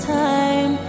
time